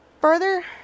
Further